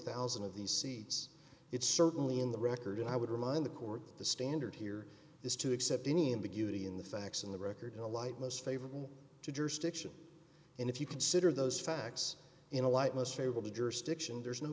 thousand of these seats it's certainly in the record and i would remind the court the standard here is to accept any ambiguity in the facts in the record in the light most favorable to jurisdiction and if you consider those facts in a light most favorable to the jurisdiction there's no